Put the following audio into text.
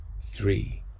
three